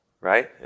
right